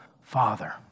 Father